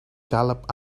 galloped